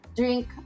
drink